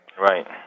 Right